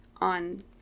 on